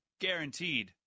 Guaranteed